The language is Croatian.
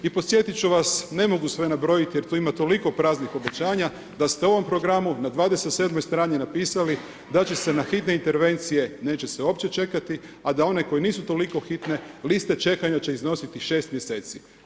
I podsjetit ću vas, ne mogu sve nabrojati jer tu ima toliko praznih obećanja, da ste ovom programu na 27. strani napisali da će se na hitne intervencije, neće se uopće čekati, a da one koje nisu toliko hitne, liste čekanja će iznositi 6 mjeseci.